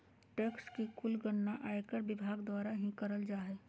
tax के कुल गणना आयकर विभाग द्वारा ही करल जा हय